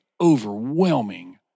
overwhelming